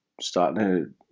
starting